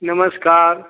नमस्कार